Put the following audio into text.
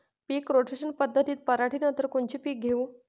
पीक rotation पद्धतीत पराटीनंतर कोनचे पीक घेऊ?